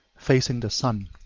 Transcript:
facing the sun.